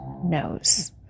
knows